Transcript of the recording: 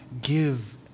give